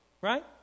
right